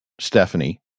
Stephanie